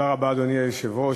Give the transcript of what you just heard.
אדוני היושב-ראש,